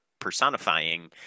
personifying